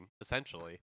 essentially